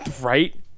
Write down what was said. right